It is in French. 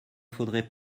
faudrait